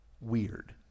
Weird